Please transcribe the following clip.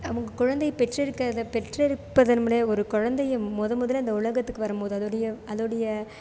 அவங்க குழந்தை பெற்றெடுக்கிறத பெற்றெடுப்பதன் ஒரு குழந்தைய மொதல் முதல்ல இந்த உலகத்துக்கு வரும்போது அதுடைய அதுடைய